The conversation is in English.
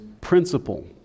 principle